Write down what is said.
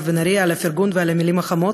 בן ארי על הפרגון ועל המילים החמות.